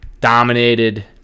Dominated